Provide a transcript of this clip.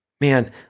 man